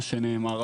מה שנאמר.